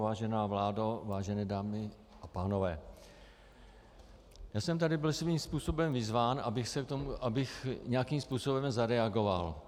Vážená vládo, vážené dámy a pánové, já jsem tady byl svým způsobem vyzván, abych nějakým způsobem zareagoval.